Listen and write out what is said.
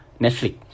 Netflix